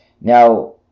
Now